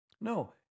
No